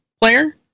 player